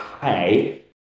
hey